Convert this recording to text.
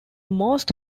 most